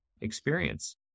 experience